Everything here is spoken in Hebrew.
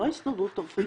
לא ההסתדרות הרפואית,